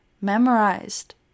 memorized